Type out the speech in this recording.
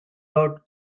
out